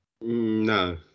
No